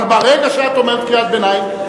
אבל ברגע שאת אומרת קריאת ביניים,